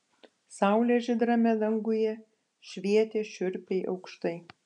saulė žydrame danguje švietė šiurpiai aukštai